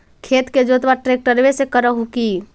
खेत के जोतबा ट्रकटर्बे से कर हू की?